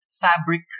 fabric